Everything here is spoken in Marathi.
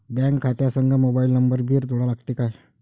बँक खात्या संग मोबाईल नंबर भी जोडा लागते काय?